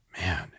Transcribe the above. Man